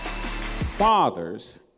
Fathers